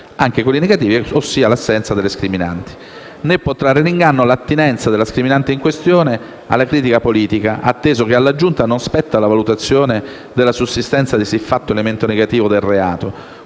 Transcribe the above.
(anche di quelli "negativi", ossia l'assenza di scriminanti). Né può trarre in inganno l'attinenza della scriminante in questione alla critica politica, atteso che alla Giunta non spetta la valutazione della sussistenza di siffatto "elemento negativo" del reato,